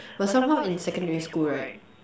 but somehow in secondary school right